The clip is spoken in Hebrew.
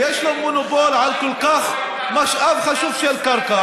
ויש לו מונופול על משאב כל כך חשוב של הקרקע,